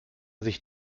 sich